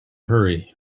hurry